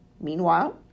Meanwhile